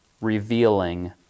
revealing